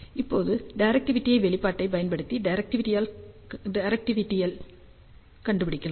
இப்போது டைரக்டிவிட்டி வெளிப்பாட்டை பயன்படுத்தி டைரக்டிவிட்டியைல் கண்டுபிடிக்கலாம்